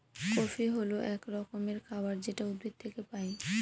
coffee হল এক রকমের খাবার যেটা উদ্ভিদ থেকে পায়